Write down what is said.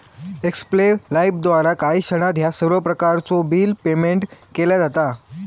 एक्स्पे लाइफद्वारा काही क्षणात ह्या सर्व प्रकारचो बिल पेयमेन्ट केला जाता